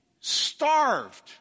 starved